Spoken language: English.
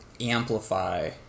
amplify